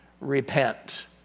repent